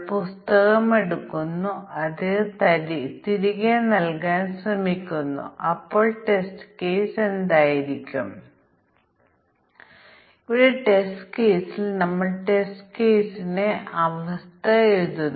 അതിനാൽ a b എന്നീ മൂല്യങ്ങളാൽ പരിമിതപ്പെടുത്തിയിരിക്കുന്ന ഒരു ശ്രേണി തുല്യത ക്ലാസ്സ് നൽകിയിട്ടുണ്ടെങ്കിൽ ഞങ്ങൾ a b എന്നിവ ഉൾപ്പെടുത്തണം കൂടാതെ a ന് മുകളിലുള്ളതും ബിക്ക് തൊട്ടുതാഴെയുള്ളതും